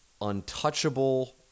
untouchable